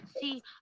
see